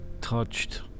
touched